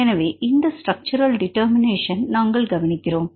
எனவே இந்த structural determination நாங்கள் கவனிக்கிறோம்